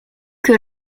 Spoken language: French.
que